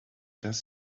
dass